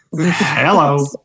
Hello